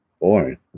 boy